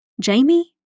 Jamie